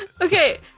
Okay